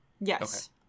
Yes